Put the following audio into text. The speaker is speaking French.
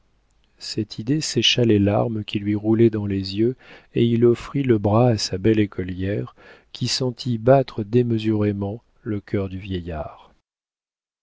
cette idée sécha les larmes qui lui roulaient dans les yeux et il offrit le bras à sa belle écolière qui sentit battre démesurément le cœur du vieillard